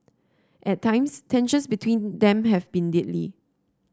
at times tensions between them have been deadly